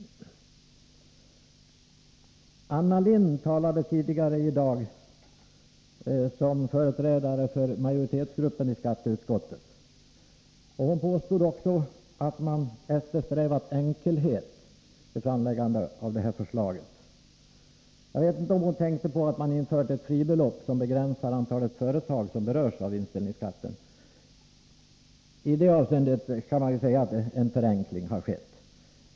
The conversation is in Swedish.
Anna Lindh talade tidigare i dag såsom företrädare för majoritetsgruppen i skatteutskottet. Hon påstod att man har eftersträvat enkelhet vid framläggandet av detta förslag. Jag vet inte om hon tänkte på att man inför ett fribelopp, som begränsar det antal företag som berörs av vinstdelningsskatten. I det avseendet kan man säga att en förenkling har skett.